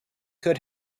could